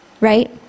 right